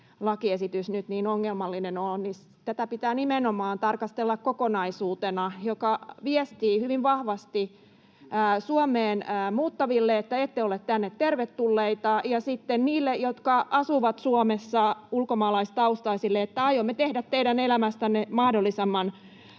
lakiesitys nyt niin ongelmallinen ole, niin tätä pitää nimenomaan tarkastella kokonaisuutena, joka viestii hyvin vahvasti Suomeen muuttaville, että ette ole tänne tervetulleita, ja sitten niille ulkomaalaistaustaisille, jotka asuvat Suomessa, että aiomme tehdä teidän elämästänne mahdollisimman